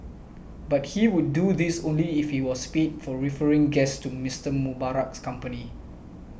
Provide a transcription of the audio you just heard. but he would do this only if he was paid for referring guests to Mister Mubarak's company